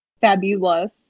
Fabulous